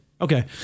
Okay